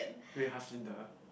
wait Haslinda